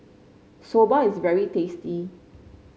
soba is very tasty